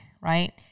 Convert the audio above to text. right